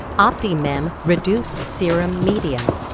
opti-mem reduced serum medium,